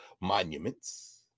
monuments